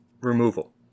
removal